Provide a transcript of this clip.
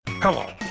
Hello